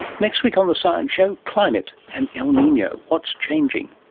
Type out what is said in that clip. next week on the science show, climate and el nino what's changing?